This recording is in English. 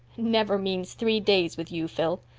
never means three days with you, phil.